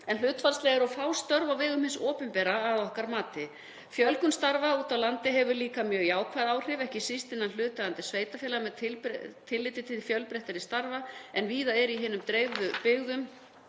en hlutfallslega eru of fá störf úti á landi á vegum hins opinbera að okkar mati. Fjölgun starfa úti á landi hefur líka mjög jákvæð áhrif, ekki síst innan hlutaðeigandi sveitarfélaga með tilliti til fjölbreyttari starfa, en víða er atvinnulíf í hinum dreifðu byggðum